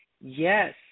Yes